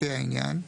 לפי העניין,